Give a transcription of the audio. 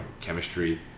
chemistry